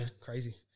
Crazy